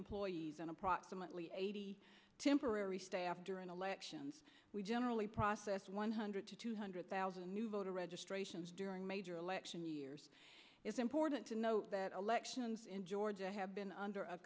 employees and approximately eighty temporary staff during elections we generally process one hundred to two hundred thousand new voter registrations during major election years it's important to note that elections in georgia have been under a